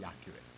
accurate